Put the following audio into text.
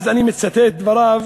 אז אני מצטט את דבריו